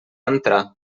entrar